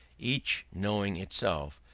each knowing itself,